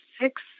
six